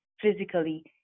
physically